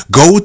go